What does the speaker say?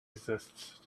exists